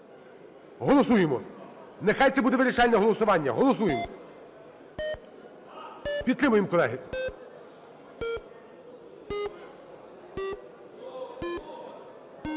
голосуємо. Нехай це буде вирішальне голосування, голосуємо. Підтримуємо, колеги.